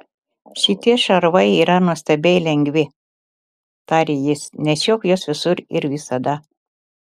šitie šarvai yra nuostabiai lengvi tarė jis nešiok juos visur ir visada